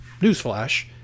newsflash